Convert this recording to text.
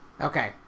Okay